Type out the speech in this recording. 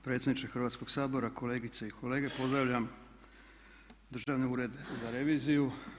Predsjedniče Hrvatskog sabora, kolegice i kolege, pozdravljam Državni ured za reviziju.